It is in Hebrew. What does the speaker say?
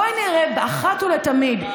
בואי נראה אחת ולתמיד,